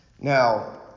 Now